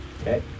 Okay